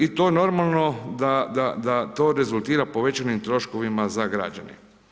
I to normalno da to rezultira povećanim troškovima za građane.